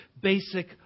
basic